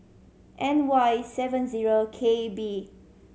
N Y seven zero K B